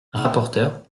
rapporteur